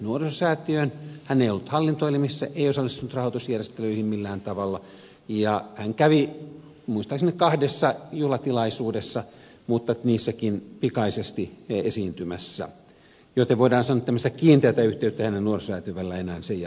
hän ei ollut hallintoelimissä ei osallistunut rahoitusjärjestelyihin millään tavalla ja hän kävi muistaakseni kahdessa juhlatilaisuudessa mutta niissäkin pikaisesti esiintymässä joten voidaan sanoa että tämmöistä kiinteätä yhteyttä hänen ja nuorisosäätiön välillä enää sen jälkeen ei ollut